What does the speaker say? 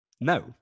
No